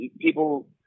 people